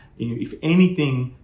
if anything,